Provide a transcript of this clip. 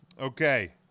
Okay